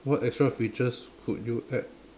what extra features could you add